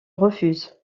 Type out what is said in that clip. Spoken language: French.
refusent